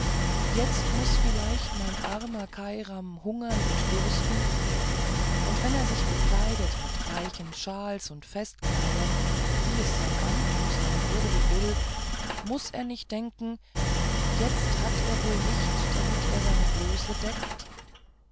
jetzt muß vielleicht mein armer kairam hungern und dürsten und wenn er sich bekleidet mit reichen shawls und festkleidern wie es sein amt und seine würde will muß er nicht denken jetzt hat er wohl nicht womit er seine blöße deckt